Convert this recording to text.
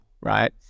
right